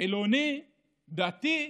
חילוני, דתי,